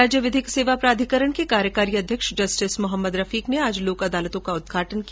राज्य विधिक सेवा प्राधिकरण के कार्यकारी अध्यक्ष जस्टिस मोहम्मद रफीक ने आज लोक अदालतों का उद्घाटन किया